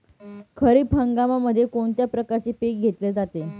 खरीप हंगामामध्ये कोणत्या प्रकारचे पीक घेतले जाते?